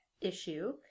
issue